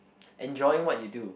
enjoying what you do